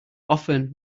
often